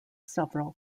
several